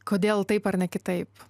kodėl taip ar ne kitaip